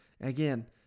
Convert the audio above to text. Again